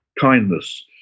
Kindness